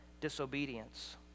disobedience